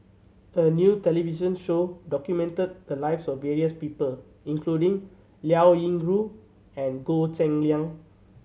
a new television show documented the lives of various people including Liao Yingru and Goh Cheng Liang